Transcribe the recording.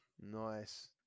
Nice